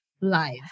life